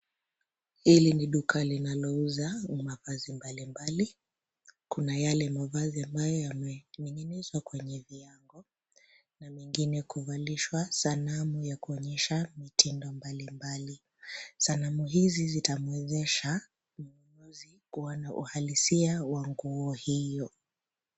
Hili ni duka linalouza mavazi. mbalimbali. Kuna yale mavazi ambayo yamening'inizwa kwenye viango na mengine kuvalishwa sanamu ya kuonyesha mitindo mbalimbali. Sanamu hizi zitamwezesha mnunuzi kuona uhalisia wa nguo hiyo.